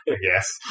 yes